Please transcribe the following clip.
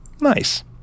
Nice